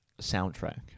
soundtrack